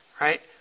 Right